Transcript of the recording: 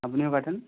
আপনিও পাঠান